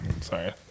Sorry